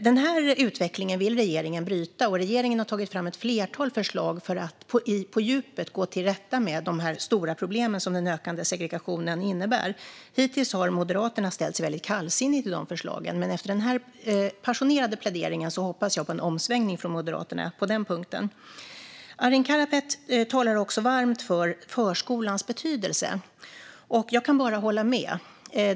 Denna utveckling vill regeringen bryta, och regeringen har tagit fram ett flertal förslag för att på djupet komma till rätta med de stora problem som den ökande segregationen innebär. Hittills har Moderaterna ställt sig väldigt kallsinniga till de förslagen, men efter denna passionerade plädering hoppas jag på en omsvängning från Moderaterna på den punkten. Arin Karapet talar också varmt om förskolans betydelse. Jag kan bara hålla med.